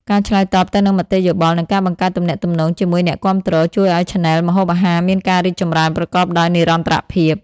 ការឆ្លើយតបទៅនឹងមតិយោបល់ និងការបង្កើតទំនាក់ទំនងជាមួយអ្នកគាំទ្រ ជួយឱ្យឆានែលម្ហូបអាហារមានការរីកចម្រើនប្រកបដោយនិរន្តរភាព។